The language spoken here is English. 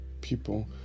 people